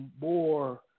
more